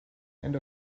and